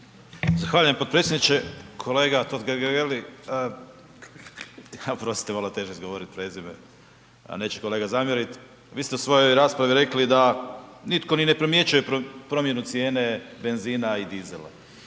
Zahvaljujem potpredsjedniče. Kolega Totgergeli, oprostite, malo je teže izgovorit prezime ali neće kolega zamjerit, vi ste u svojoj raspravi rekli da nitko ni ne primjećuje promjenu cijene benzina i dizela.